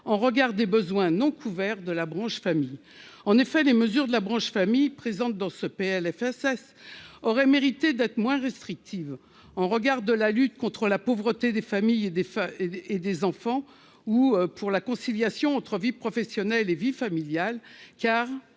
en regard des besoins non couverts de la branche famille, en effet, les mesures de la branche famille présente dans ce PLFSS aurait mérité d'être moins restrictive en regard de la lutte contre la pauvreté des familles et des femmes et des enfants ou pour la conciliation entre vie professionnelle et vie familiale, car